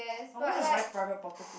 I wanna buy private property